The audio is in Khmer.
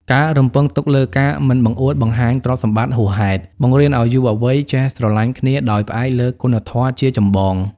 ការរំពឹងទុកលើ "ការមិនបង្អួតបង្អាញទ្រព្យសម្បត្តិហួសហេតុ" បង្រៀនឱ្យយុវវ័យចេះស្រឡាញ់គ្នាដោយផ្អែកលើគុណធម៌ជាចម្បង។